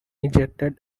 ejected